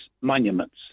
monuments